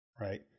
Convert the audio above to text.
Right